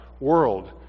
world